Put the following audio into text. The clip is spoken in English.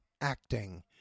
Acting